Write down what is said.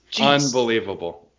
Unbelievable